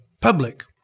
public